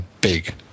big